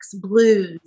blues